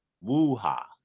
Woo-ha